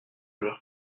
leur